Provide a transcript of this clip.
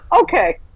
Okay